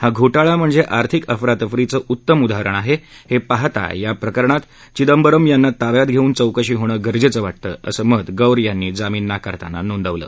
हा घोटाळा म्हणजे आर्थिक अफरातफरीचं उत्तम उदाहरण आहे हे पाहता या प्रकरणात चिदंबरम यांना ताब्यात घेऊन चौकशी होणं गरजेचं वाटतं असं मत गौर यांनी जामीन नाकारताना नोंदवलं